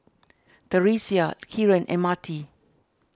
theresia Kieran and Marti